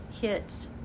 hit